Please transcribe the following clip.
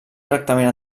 tractament